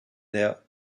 der